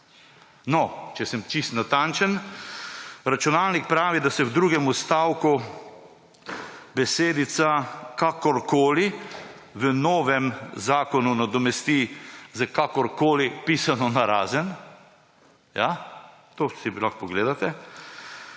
No, če sem čisto natančen, računalnik pravi, da se v drugem odstavku besedica »kakorkoli« v novem zakonu nadomesti s »kakor koli« – pisano narazen. Ja, to si lahko pogledate,